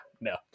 no